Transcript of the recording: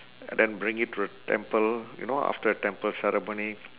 and then bring it to the temple you know after the temple ceremony